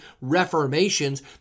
reformations